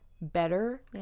better